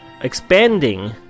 expanding